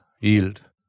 yield